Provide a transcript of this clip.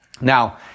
Now